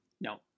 No